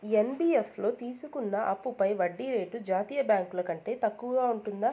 NBFC లో తీసుకున్న అప్పుపై వడ్డీ రేటు జాతీయ బ్యాంకు ల కంటే తక్కువ ఉంటుందా?